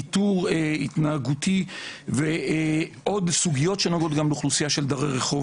איתור התנהגותי ועוד סוגיות שנוגעות גם באוכלוסייה של דרי רחוב,